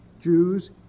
Jews